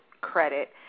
credit